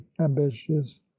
ambitious